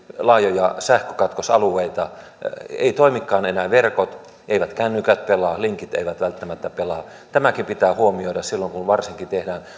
laajoja sähkökatkosalueita eivät toimikaan enää verkot eivät kännykät pelaa linkit eivät välttämättä pelaa tämäkin pitää huomioida silloin kun tehdään varsinkin